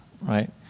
right